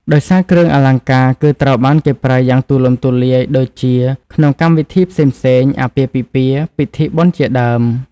ដោយសារគ្រឿងអលង្ការគឺត្រូវបានគេប្រើយ៉ាងទូលំទូលាយដូចជាក្នងកម្មវិធីផ្សេងៗ អាពាហ៍ពិពាហ៍ ពិធីបុណ្យជាដើម។